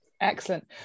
excellent